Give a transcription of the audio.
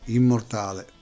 immortale